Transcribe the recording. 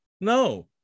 No